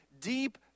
deep